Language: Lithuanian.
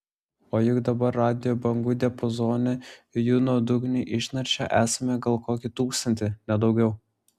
o juk dabar radijo bangų diapazone jų nuodugniai išnaršę esame gal kokį tūkstantį ne daugiau